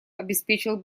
обеспечил